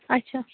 اچھا